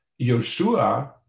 Yoshua